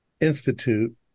Institute